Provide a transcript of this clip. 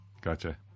Gotcha